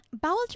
Bowel